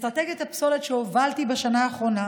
אסטרטגיית הפסולת שהובלתי בשנה האחרונה